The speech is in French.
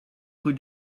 rue